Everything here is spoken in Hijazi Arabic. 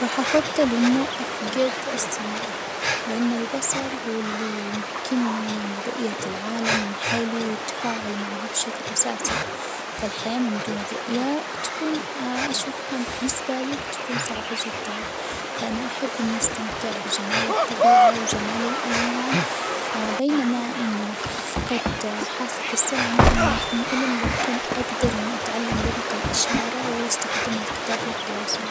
راح أفضل إنه أفجد السمع، لأن البصر هو اللي يمكنني من رؤية العالم من حولي، والتفاعل معه بشكل أساسي، فالحياة من دون رؤيا تكون أشوفها النسبة لي بتكون صعبة جدًا، فأنا أحب أني أستمتع بجمال الطبيعة وجمال الألوان، بينما إنه أفقد حاسة السمع يمكن أن يكون مؤلم، لكن أقدر إني أتعلم لغة الإشارة وأستخدم الكتاب للتواصل.